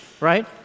right